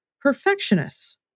perfectionists